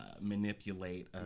manipulate